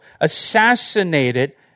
assassinated